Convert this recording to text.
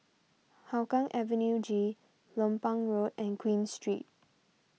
Hougang Avenue G Lompang Road and Queen Street